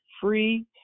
free